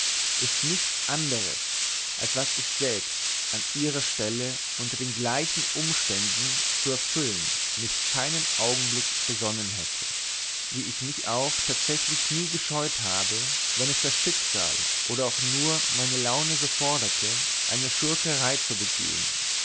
ist nichts andres als was ich selbst an ihrer stelle unter den gleichen umständen zu erfüllen mich keinen augenblick besonnen hätte wie ich mich auch tatsächlich nie gescheut habe wenn es das schicksal oder auch nur meine laune so forderte eine schurkerei zu begehen